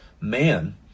man